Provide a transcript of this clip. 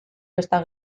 festa